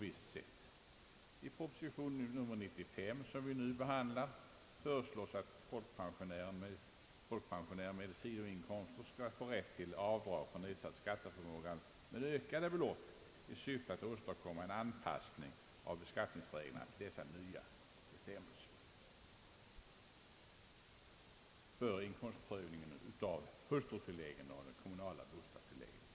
I proposition nr 95, som vi nu behandlar, föreslås att folkpensionär med sidoinkomster skall få rätt till avdrag för nedsatt skatteförmåga med ökat belopp i syfte att åstadkomma en anpassning av beskattningsreglerna till dessa nya bestämmelser.